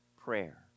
Prayer